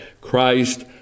Christ